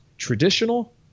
traditional